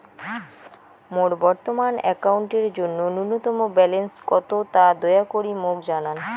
মোর বর্তমান অ্যাকাউন্টের জন্য ন্যূনতম ব্যালেন্স কত তা দয়া করি মোক জানান